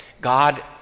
God